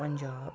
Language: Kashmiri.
پنجاب